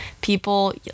people